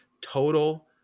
total